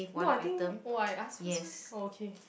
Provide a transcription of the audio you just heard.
no I think oh I ask oh okay